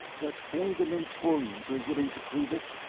but only the mentorians are willing to prove it?